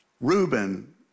Reuben